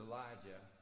Elijah